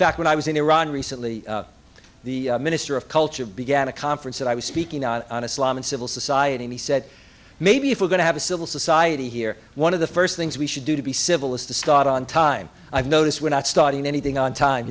fact when i was in iran recently the minister of culture began a conference that i was speaking on a slum in civil society and he said maybe if we're going to have a civil society here one of the first things we should do to be civil is to start on time i've notice we're not starting anything on time